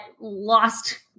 lost